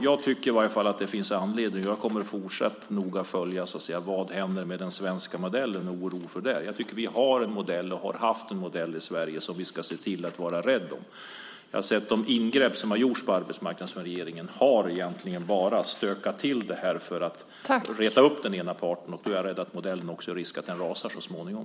Jag kommer i varje fall att fortsatt noga följa vad som händer med den svenska modellen och oron när det gäller detta. Jag tycker att vi har och har haft en modell i Sverige som vi ska se till att vara rädda om. Jag har sett de ingrepp som har gjorts på arbetsmarknaden som att regeringen egentligen bara har stökat till det här för att reta upp den ena parten. Nu är jag rädd att modellen också riskerar att rasa så småningom.